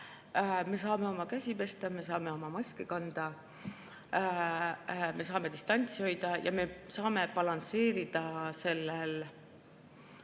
me saame oma käsi pesta, me saame maske kanda, me saame distantsi hoida ja me saame balansseerida sellel